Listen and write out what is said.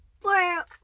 Four